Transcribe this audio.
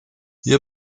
hier